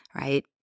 right